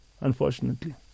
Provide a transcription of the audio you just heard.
unfortunately